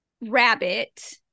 rabbit